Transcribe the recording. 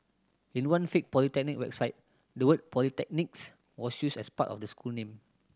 in one fake polytechnic website the word Polytechnics was used as part of the school name